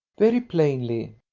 very plainly.